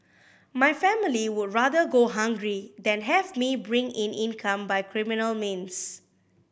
my family would rather go hungry than have me bring in income by criminal means